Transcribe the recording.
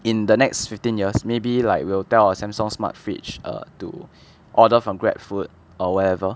in the next fifteen years maybe like we'll tell our Samsung smart fridge err to order from Grab food or whatever